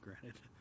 granted